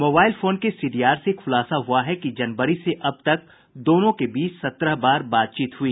mobile phone के CDR से खुलासा हुआ है कि जनवरी से अब तक दोनों के बीच सत्रह बार बात हुई